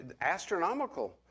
astronomical